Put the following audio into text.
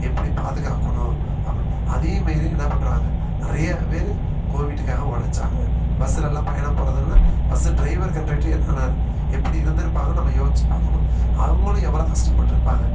எப்படி பாதுகாக்கணும் அப்படின்னு அதே மாரி என்ன பண்ணுறாங்க நிறையா பேர் கோவிட்டுக்காக ஒழைச்சாங்க பஸ்ஸுலெலாம் பயணம் போகிறது என்னென்னால் பஸ்ஸு ட்ரைவர் கண்டக்டரு என்னானார் எப்படி இருந்திருப்பாங்கன்னு நம்ம யோசித்து பார்க்கணும் அவங்களும் எவ்வளோ கஷ்டப்பட்ருப்பாங்க